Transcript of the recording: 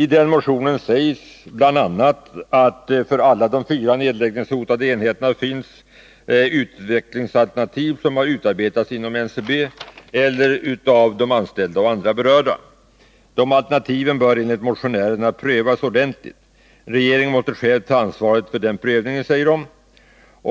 I den motionen sägs bl.a. att för alla de fyra nedläggningshotade enheterna finns utvecklingsalternativ som har utarbetats inom NCB eller av de anställda och andra berörda. De alternativen bör enligt motionärerna prövas ordentligt. Regeringen måste själv ta ansvaret för denna prövning, säger motionärerna.